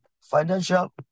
Financial